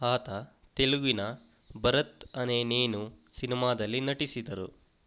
ಆತ ತೆಲುಗಿನ ಭರತ್ ಅನೇ ನೇನು ಸಿನಿಮಾದಲ್ಲಿ ನಟಿಸಿದರು